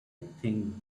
think